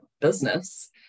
business